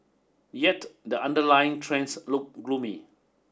yet the underlying trends look gloomy